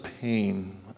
pain